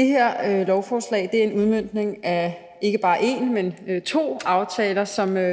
Det her lovforslag er en udmøntning af ikke bare én, men to aftaler,